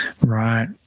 right